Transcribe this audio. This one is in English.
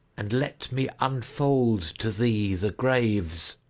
and let me unfold to thee the graves.